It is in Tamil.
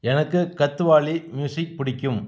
எனக்கு கத்துவாலி மியூசிக் பிடிக்கும்